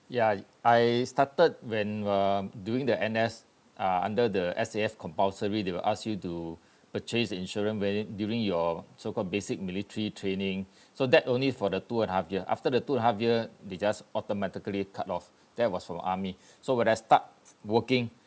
ya I started when uh during the N_S uh under the S_A_F compulsory they will ask you to purchase an insurance when during your so called basic military training so that only for the two and half year after the two half year they just automatically cut off that was from the army so when I start working